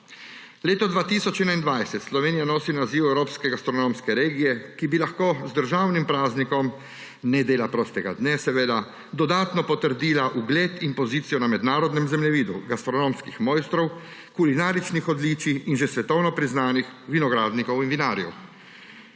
Leta 2021 Slovenija nosi naziv evropska gastronomska regija in bi lahko z državnim praznikom, ne dela prostim dnem, seveda, dodatno potrdila ugled in pozicijo na mednarodnem zemljevidu gastronomskih mojstrov, kulinaričnih odličij in že svetovno priznanih vinogradnikov in vinarjev.